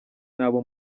n’abo